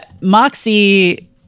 moxie